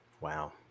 Wow